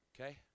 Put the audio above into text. okay